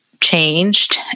changed